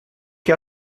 che